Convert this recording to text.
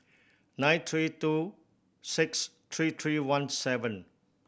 nine three two six three three one seven